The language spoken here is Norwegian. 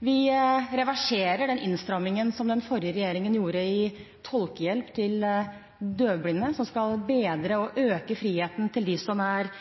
Vi reverserer den innstrammingen som den forrige regjeringen gjorde i tolkehjelp til døvblinde, som skal bedre og øke friheten for dem som er